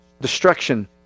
destruction